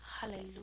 Hallelujah